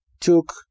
took